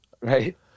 Right